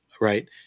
right